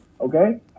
okay